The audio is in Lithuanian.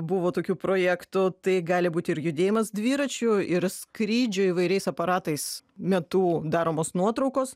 buvo tokių projektų tai gali būti ir judėjimas dviračių ir skrydžio įvairiais aparatais metu daromos nuotraukos